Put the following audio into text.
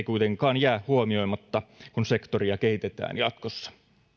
kuitenkaan jää huomioimatta kun sektoria kehitetään jatkossa